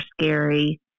scary